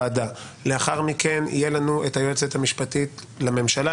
לאחר מכן יהיה לנו את היועצת המשפטית לממשלה,